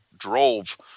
drove